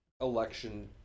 election